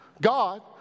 God